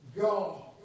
God